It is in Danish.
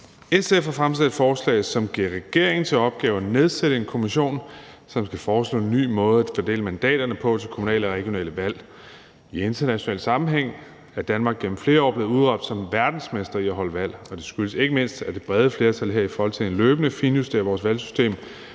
har fremsat et forslag, som giver regeringen til opgave at nedsætte en kommission, som skal foreslå en ny måde at fordele mandaterne på til kommunale og regionale valg. I international sammenhæng er Danmark gennem flere år blev udråbt som verdensmester i at holde valg, og det skyldes ikke mindst, at det brede flertal her i Folketinget løbende finjusterer vores valgsystem,